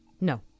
No